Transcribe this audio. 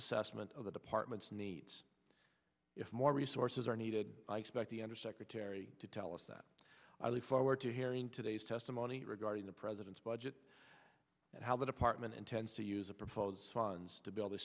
assessment of the department's needs if more resources are needed i expect the undersecretary to tell us that i look forward to hearing today's testimony regarding the president's budget and how the department intends to use a proposed funds to build a